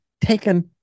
taken